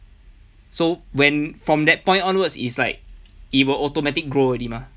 so when from that point onwards it's like it will automatic grow already mah